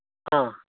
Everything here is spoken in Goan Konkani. आं